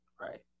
Right